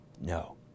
no